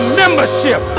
membership